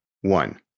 one